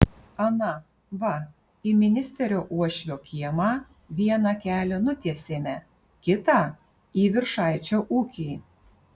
ana va į ministerio uošvio kiemą vieną kelią nutiesėme kitą į viršaičio ūkį